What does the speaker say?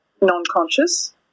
non-conscious